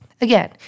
Again